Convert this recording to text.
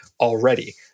already